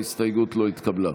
ההסתייגות לא נתקבלה.